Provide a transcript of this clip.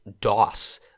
DOS